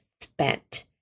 spent